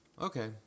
Okay